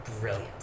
Brilliant